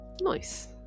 Nice